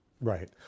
Right